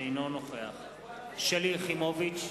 אינו נוכח שלי יחימוביץ,